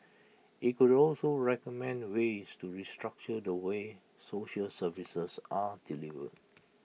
IT could also recommend ways to restructure the way social services are delivered